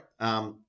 Right